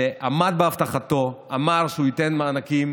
שעמד בהבטחתו, אמר שהוא ייתן מענקים,